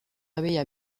abeilles